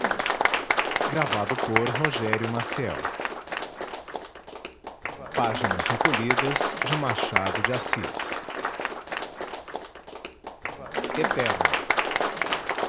da amazônia páginas recolhidas de machado de assis nead